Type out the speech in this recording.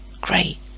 great